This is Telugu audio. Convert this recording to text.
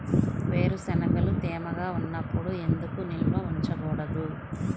వేరుశనగలు తేమగా ఉన్నప్పుడు ఎందుకు నిల్వ ఉంచకూడదు?